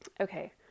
Okay